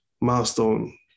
Milestone